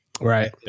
right